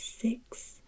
six